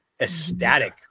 ecstatic